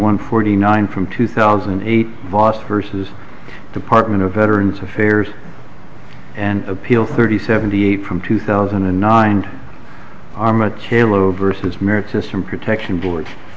one forty nine from two thousand and eight voss versus department of veterans affairs and appeal thirty seventy eight from two thousand and nine are much halo versus merit system protection board